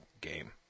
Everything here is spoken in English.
game